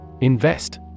Invest